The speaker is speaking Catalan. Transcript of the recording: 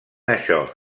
això